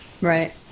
Right